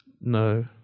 no